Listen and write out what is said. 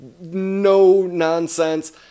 no-nonsense